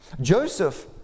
Joseph